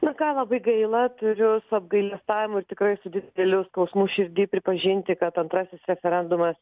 na ką labai gaila turiu su apgailestavimu ir tikrai su dideliu skausmu širdy pripažinti kad antrasis referendumas